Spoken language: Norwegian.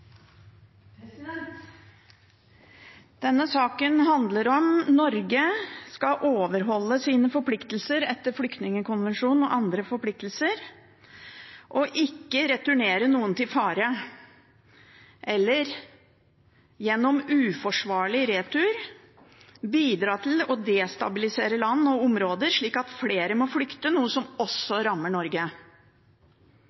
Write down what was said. Denne saken handler om hvorvidt Norge skal overholde sine forpliktelser etter flyktningkonvensjonen – og sine andre forpliktelser – og ikke returnere noen til fare eller gjennom uforsvarlig retur bidra til å destabilisere land og områder slik at flere må flykte, noe som også